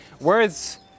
words